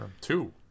two